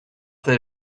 that